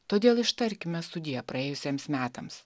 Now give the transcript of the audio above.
todėl ištarkime sudie praėjusiems metams